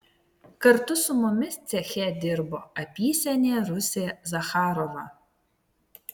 kartu su mumis ceche dirbo apysenė rusė zacharova